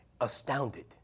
astounded